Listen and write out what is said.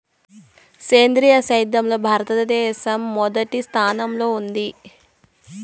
సేంద్రీయ సేద్యంలో భారతదేశం మొదటి స్థానంలో ఉంది